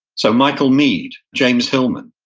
so michael meade, james hillman,